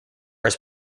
his